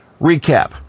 Recap